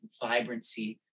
vibrancy